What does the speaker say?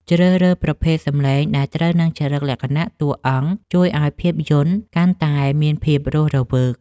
ជ្រើសរើសប្រភេទសំឡេងដែលត្រូវនឹងចរិតលក្ខណៈតួអង្គជួយឱ្យភាពយន្តកាន់តែមានភាពរស់រវើក។